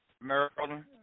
Maryland